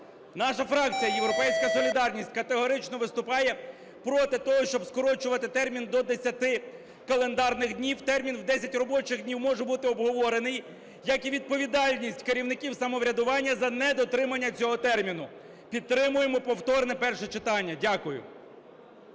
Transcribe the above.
Наша фракція "Європейська солідарність" категорично витупає проти того, щоб скорочувати термін до 10 календарних днів. Термін в 10 робочих днів може бути обговорений як і відповідальність керівників самоврядування за недотримання цього терміну. Підтримуємо повторне перше читання. Дякую.